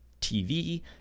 tv